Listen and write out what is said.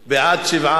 שבעה בעד,